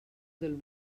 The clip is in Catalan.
del